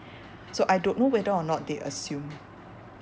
so I don't know whether or not they assume